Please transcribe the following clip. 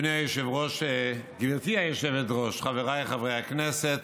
גברתי היושבת-ראש, חבריי חברי הכנסת,